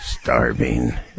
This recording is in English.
starving